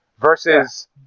versus